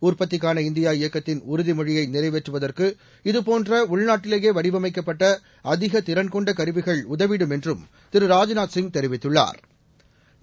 ஊற்பத்திக்கான India இயக்கத்தின் உறதிமொழியை நிறைவேற்றுவதற்கு இத போன்ற உள்நாட்டிலேயே வடிவமைக்கப்பட்ட அதிக திறன் னெண்ட கருவிகள் உதவிடும் என்றும் திரு ராஜ்நாத்சிய் தெரிவித்துள்ளாா்